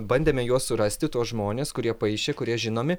bandėme juos surasti tuos žmones kurie paišė kurie žinomi